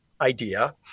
idea